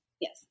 Yes